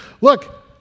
Look